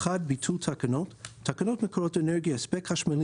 ביטול תקנות 1. תקנות מקורות אנרגיה (הספק חשמלי